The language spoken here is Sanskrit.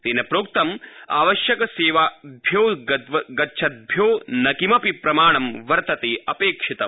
तेन प्रोक्तं आवश्यक सेवाभ्यो गच्छदभ्यो न किमपि प्रमाणम वर्तते अपेक्षितम